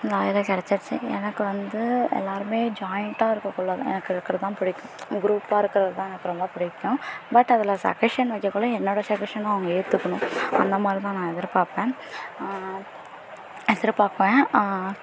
லாயரே கிடச்சிடுச்சி எனக்கு வந்து எல்லாேருமே ஜாயிண்டாக இருக்கக்குள்ளே தான் எனக்கு இருக்கிறது தான் பிடிக்கும் குரூப்பாக இருக்கிறது தான் எனக்கு ரொம்ப பிடிக்கும் பட் அதில் சஜெஸ்ஷன் வைக்க குள்ளே என்னோட சஜெஸ்ஷனும் அவங்க ஏற்றுக்கணும் அந்த மாதிரி தான் நான் எதிர்பார்ப்பேன் எதிர்பார்ப்பேன்